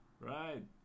right